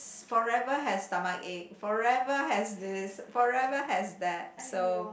forever has stomachache forever has this forever has that so